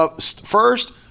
First